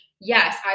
Yes